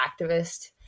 activist